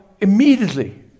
immediately